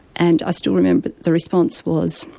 and i still remember the response was,